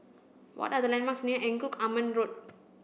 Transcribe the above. what are the landmarks near Engku Aman Road